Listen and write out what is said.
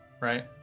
right